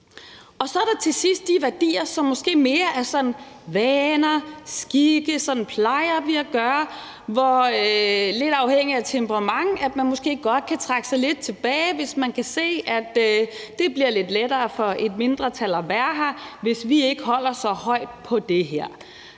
Så er der til sidst de værdier, som måske mere er vaner, skikke, og som handler om, hvordan vi plejer at gøre, hvor man, lidt afhængigt af temperament, måske godt kan trække sig lidt tilbage, hvis man kan se, at det bliver lidt lettere for et mindretal at være her, hvis vi ikke holder så meget på det her.